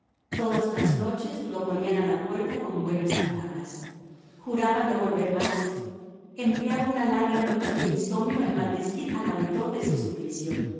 todas las noches lo ponían a la puerta con buenas palabras juraba no volver más empleaba una larga noche de insomnio en maldecir al autor de su suplicio